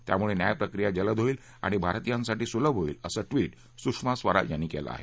यामुळे न्यायप्रक्रिया जलद होईल आणि भारतीयांसाठी सुलभ होईल असं ट्विट सुषमा स्वराज यांनी केलं आहे